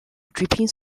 dripping